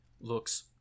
looks